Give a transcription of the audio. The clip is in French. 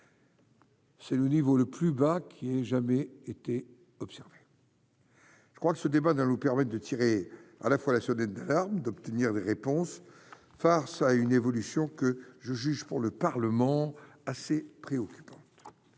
C'est le niveau le plus bas qui ait jamais été observée. Je crois que ce débat dans le permettent de tirer à la fois la sonnette d'alarme, d'obtenir des réponses farce à une évolution que je juge pour le Parlement assez préoccupant,